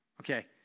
Okay